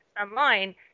online